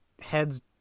heads